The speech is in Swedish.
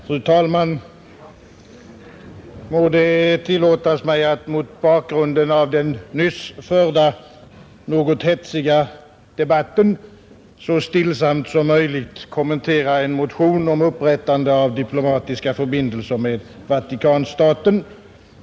Fru talman! Må det tillåtas mig att mot bakgrunden av den nyss förda något hetsiga debatten så stillsamt som möjligt kommentera en motion om upprättande av diplomatiska förbindelser med Vatikanstaten.